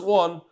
one